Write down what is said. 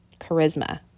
charisma